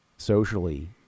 socially